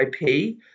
IP